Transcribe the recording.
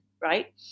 right